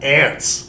ants